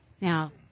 Now